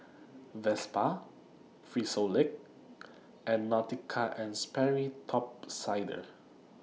Vespa Frisolac and Nautica and Sperry Top Sider